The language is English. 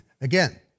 Again